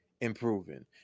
improving